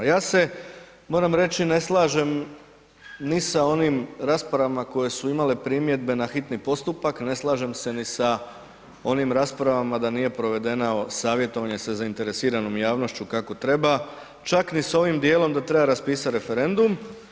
Ja se moram reći ne slažem ni sa onim raspravama koje su imale primjedbe na hitni postupak, ne slažem se ni sa onim raspravama da nije provedeno savjetovanje sa zainteresiranom javnošću kako treba, čak ni s ovim dijelom da treba raspisati referendum.